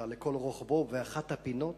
לכל רוחבו, ובאחת הפינות